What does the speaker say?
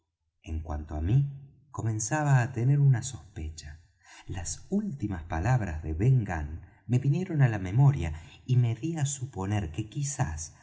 en cuanto á mí comenzaba á tener una sospecha las últimas palabras de ben gunn me vinieron á la memoria y me dí á suponer que quizás